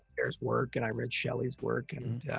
there's work and i read shelley's work, and,